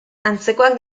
antzekoak